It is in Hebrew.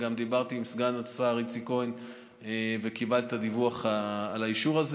וגם דיברתי עם סגן השר איציק כהן וקיבלתי את הדיווח על האישור הזה.